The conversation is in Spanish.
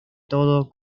todo